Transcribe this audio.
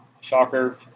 Shocker